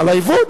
על היבוא.